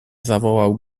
zawołał